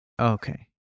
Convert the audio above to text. Okay